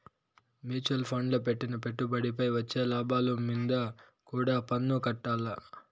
mutual ఫండ్ల పెట్టిన పెట్టుబడిపై వచ్చే లాభాలు మీంద కూడా పన్నుకట్టాల్ల